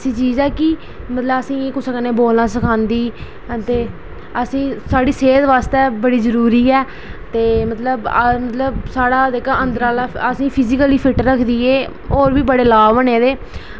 ऐसी चीज़ ऐ कि असेंगी दूएं कन्नै बोलना सखांदी असेंगी साढ़ी सेह्त आस्तै बड़ी जरूरी ऐ ते मतलब साढ़ा जेह्ड़ा अंदरै आह्ला फीजिकली फिट रक्खदी ऐ ते होर बी बड़े फायदे न एह्दे